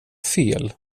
fel